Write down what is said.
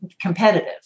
competitive